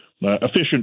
efficient